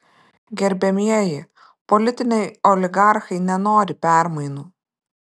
gerbiamieji politiniai oligarchai nenori permainų